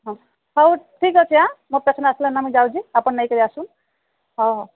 ହଁ ହଉ ଠିକ୍ ଅଛି ମୋ ପେସେଣ୍ଟ ଆସିଲେ ନା ମୁଁ ଯାଉଛି ଆପଣ ନେଇକରି ଆସୁନ୍ ହଉ ହଉ